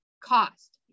cost